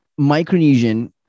Micronesian